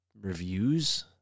reviews